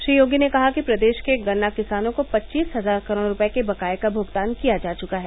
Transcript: श्री योगी ने कहा कि प्रदेश के गन्ना किसानों को पच्चीस हजार करोड़ रूपये के बकाये का भुगतान किया जा चुका है